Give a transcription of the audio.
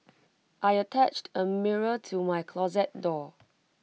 I attached A mirror to my closet door